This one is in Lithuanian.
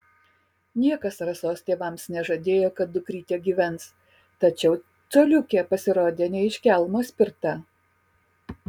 niekas rasos tėvams nežadėjo kad dukrytė gyvens tačiau coliukė pasirodė ne iš kelmo spirta